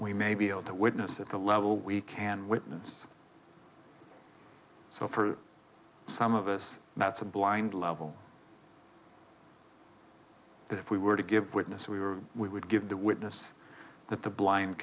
we may be able to witness at the level we can witness so for some of us that's a blind level that if we were to give witness we were we would give the witness that the blind